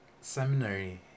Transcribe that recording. seminary